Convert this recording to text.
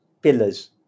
pillars